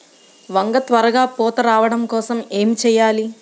వంగ త్వరగా పూత రావడం కోసం ఏమి చెయ్యాలి?